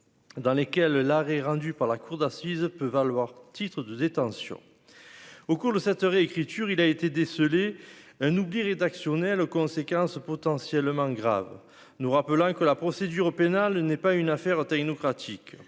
dans lesquelles l'arrêt rendu par la cour d'assises peut valoir titre de détention au cours de cette réécriture, il a été décelé un oubli rédactionnelle aux conséquences potentiellement grave, nous rappelant que la procédure pénale n'est pas une affaire technocratique